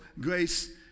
grace